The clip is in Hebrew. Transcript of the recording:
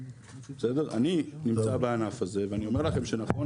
אני נמצא בענף הזה ואני אומר לכם שנכון